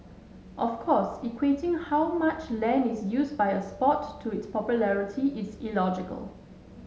of course equating how much land is used by a sport to its popularity is illogical